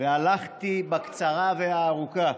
והלכתי בקצרה ובארוכה.